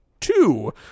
Two